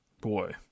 Boy